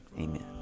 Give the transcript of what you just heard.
Amen